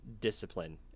discipline